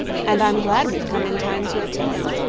and i'm glad we've come in time to attend.